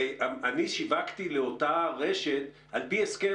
אני הרי שיווקתי לאותה רשת על פי הסכם